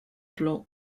plans